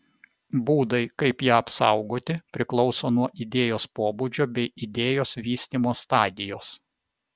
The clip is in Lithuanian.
būdai kaip ją apsaugoti priklauso nuo idėjos pobūdžio bei idėjos vystymo stadijos